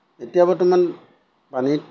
এতিয়া বৰ্তমান পানীত